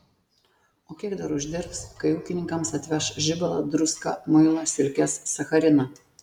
o kiek dar uždirbs kai ūkininkams atveš žibalą druską muilą silkes sachariną